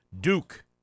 Duke